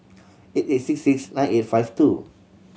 eight eight six six nine eight five two